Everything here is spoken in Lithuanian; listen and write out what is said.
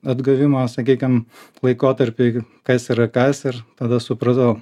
atgavimo sakykim laikotarpiui kas yra kas ir tada supratau